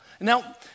Now